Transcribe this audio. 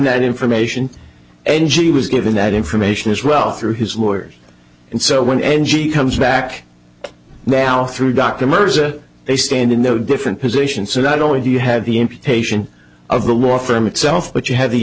that information and she was given that information as well through his lawyers and so when n g comes back now through dr mirza they stand in the different positions so not only do you have the imputation of the law firm itself but you have the